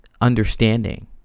understanding